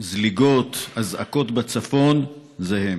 זליגות, אזעקות בצפון זה הם.